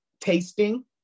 tasting